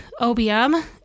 OBM